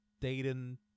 Dayton